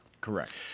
Correct